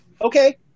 Okay